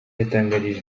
yatangarije